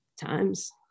times